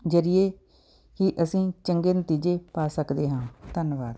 ਜ਼ਰੀਏ ਹੀ ਅਸੀਂ ਚੰਗੇ ਨਤੀਜੇ ਪਾ ਸਕਦੇ ਹਾਂ ਧੰਨਵਾਦ